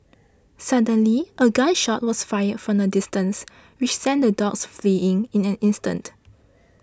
suddenly a gun shot was fired from a distance which sent the dogs fleeing in an instant